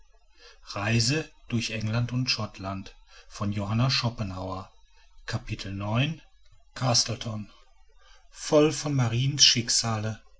castleton voll von mariens